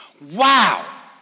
Wow